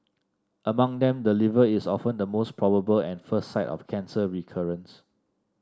among them the liver is often the most probable and first site of cancer recurrence